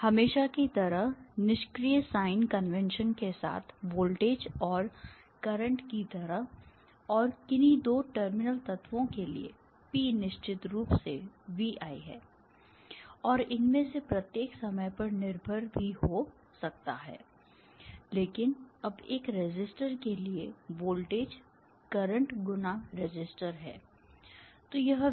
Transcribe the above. हमेशा की तरह निष्क्रिय साइन कन्वेंशन के साथ वोल्टेज और करंट की तरह और किन्हीं दो टर्मिनल तत्वों के लिए P निश्चित रूप से V I है और इनमें से प्रत्येक समय पर निर्भर भी हो सकता है लेकिन अब एक रेसिस्टर के लिए वोल्टेज करंट × रेसिस्टर है